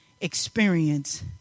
experience